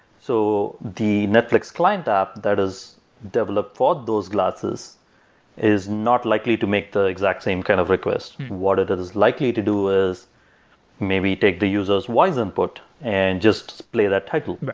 so the netflix client app that is developed for those glasses is not likely to make the exact same kind of request. what it is is likely to do is maybe take the user s wise input and just play that title.